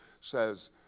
says